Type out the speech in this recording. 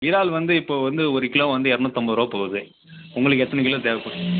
இறால் வந்து இப்போ வந்து ஒரு கிலோ வந்து இரநூத்தம்பது ருபா போகுது உங்களுக்கு எத்தனை கிலோ தேவைப்படுது